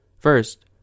First